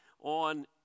on